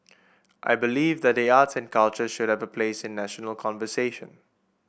I believe that the arts and culture should have a place in national conversation